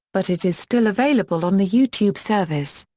but it is still available on the youtube service.